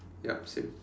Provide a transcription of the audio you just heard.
yup same